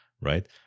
right